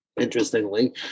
Interestingly